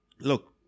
look